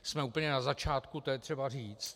Jsme úplně na začátku, to je třeba říct.